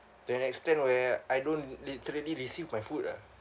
to an extent where I don't literally receive my food ah